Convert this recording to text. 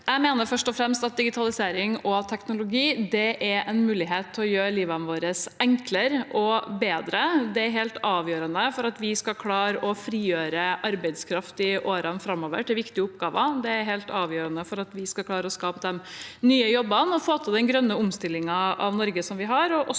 Jeg mener først og fremst at digitalisering og teknologi er en mulighet til å gjøre livet vårt enklere og bedre. Det er helt avgjørende for at vi skal klare å frigjøre arbeidskraft i årene framover til viktige oppgaver. Det er helt avgjørende for at vi skal klare å skape de nye jobbene og få til den grønne omstillingen av Norge, og også